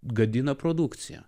gadina produkciją